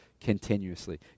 continuously